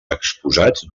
exposats